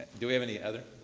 do we have any others?